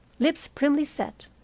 lips primly set,